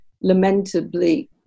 lamentably